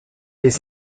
les